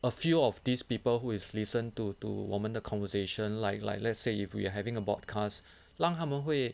a few of these people who is listen to to 我们的 conversation like like let's say if we are having a broadcast 让他们会